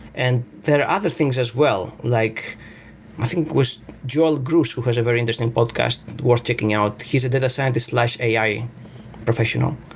and there are other things as well, like i think it was joel grus who has a very interesting podcast. worth checking out. he's a data scientist like ai professional.